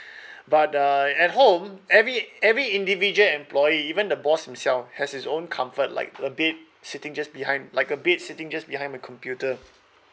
but uh at home every every individual employee even the boss himself has his own comfort like a bed sitting just behind like a bed sitting just behind a computer